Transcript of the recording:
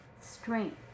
strength